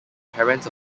parents